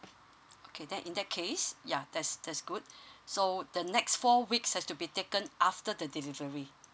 okay then in that case yeah that's that's good so the next four weeks have to be taken after the delivery